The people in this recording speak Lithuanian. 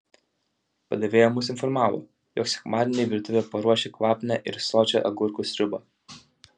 padavėja mus informavo jog sekmadieniui virtuvė paruošė kvapnią ir sočią agurkų sriubą